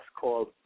called